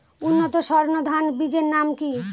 উন্নত সর্ন ধান বীজের নাম কি?